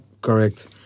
correct